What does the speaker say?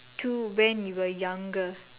to when you were younger